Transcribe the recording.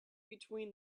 between